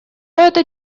это